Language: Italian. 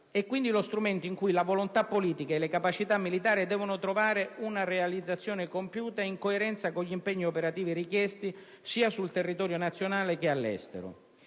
è quindi lo strumento in cui la volontà politica e le capacità militari devono trovare una realizzazione compiuta, in coerenza con gli impegni operativi richiesti sia sul territorio nazionale che all'estero.